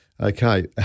Okay